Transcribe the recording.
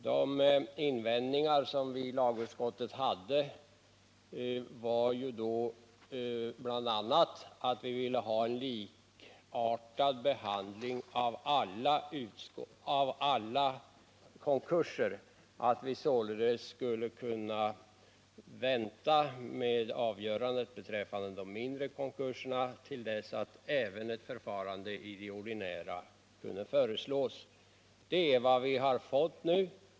De invändningar som vi i lagutskottet då hade var bl.a. att vi ville ha en likartad behandling av alla konkurser och att vi således skulle kunna vänta med avgörandet beträffande de mindre konkurserna till dess att även ett förfarande i de ordinära kunde föreslås. Det är vad som nu har skett.